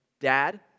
dad